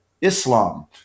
Islam